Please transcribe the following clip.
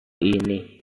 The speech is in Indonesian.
ini